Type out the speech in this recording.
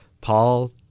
Paul